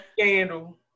Scandal